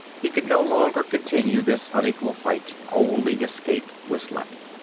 he could no longer continue this unequal fight. only escape was left.